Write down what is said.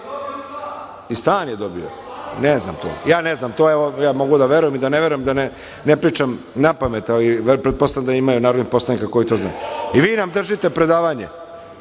stan je dobio? Ne znam to. Ja ne znam to. Mogu da verujem i da ne verujem, da ne pričam napamet, ali pretpostavljam da ima narodnih poslanika koji to znaju. Vi nam držite predavanje?